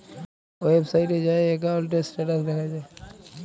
ওয়েবসাইটে যাঁয়ে একাউল্টের ইস্ট্যাটাস দ্যাখা যায়